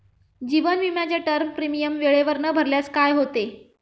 जीवन विमाचे term premium वेळेवर न भरल्यास काय होते?